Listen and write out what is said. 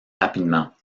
rapidement